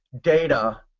data